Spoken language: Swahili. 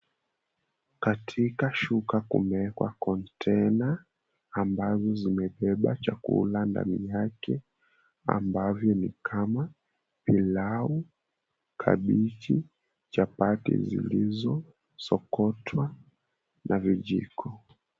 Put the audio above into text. Katika shuka kumewekwa kontena ambazo zimebeba chakula ndani yake ambavyo ni kama pilau, kabeji, chapati zilizosokotwa na vijiko.